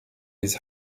his